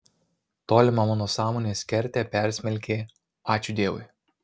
tolimą mano sąmonės kertę persmelkė ačiū dievui